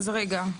אז רגע,